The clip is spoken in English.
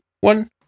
one